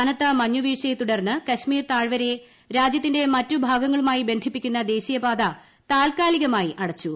കനത്ത മഞ്ഞു വീഴ്ചയെ തുടർന്ന് കശ്മീർ താഴ്വരയെ രാജ്യത്തിന്റെ മറ്റു ഭാഗങ്ങളുമായി ബന്ധിപ്പിക്കുന്ന ദേശീയപാത താൽക്കാലികമായി അടച്ചു